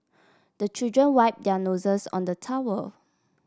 the children wipe their noses on the towel